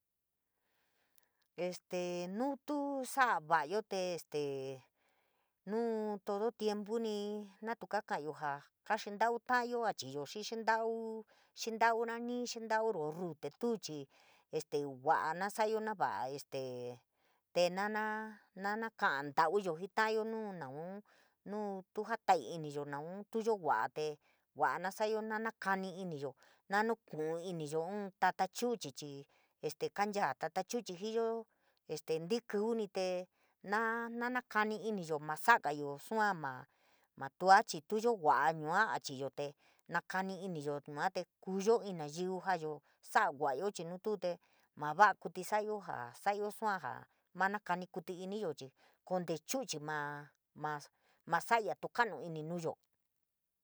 Este nuu tuu sa’a vaii te stee nuu todo tiempuni natu kaa ka’ayo jaa ka’ntau ta’ayo a chiyo xii xiin tau, xii taura nii, xii ntauro rruú chii tu chii este va’a na sa’ayo este te na na na na naka’a ntauyo jii ta’ayo nu naun nu nu tuu jata’a iniyo nau tuu yoo va’a te va’a na sa’ayo na kani iniyo na nuku’un iniyo ín tta chuchi chii este kancha tata chuchi jiiyo, este ntí kiuni tee na nakani iniyo maa sa’agayo sua, mas chii tuu yoo va’a yua a chiiyo te nakami iniyo, yuate kuyo in nayiu te jaayo sa’a va’ayo chii nu tuu te maa va’a kuítí so’ayo nu sua jaa ma mokaani iniyo chii konte chuchi maa ma sa’aya tu’un ka’anu ini nuyo.